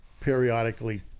periodically